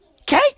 Okay